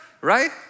right